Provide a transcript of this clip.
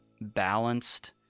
balanced